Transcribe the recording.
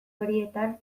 horietan